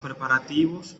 preparativos